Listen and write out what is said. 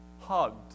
hugged